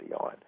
on